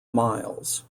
miles